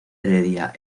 heredia